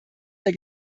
der